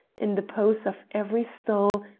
in the pose of every stall,